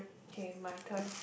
K my turn